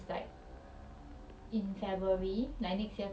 cause for this semester as in 我的 semester 我回来 mah